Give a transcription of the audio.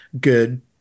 good